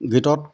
গীতত